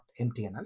MTNL